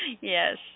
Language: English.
Yes